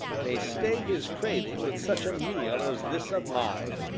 may stay his craving with such a meal as this of mine.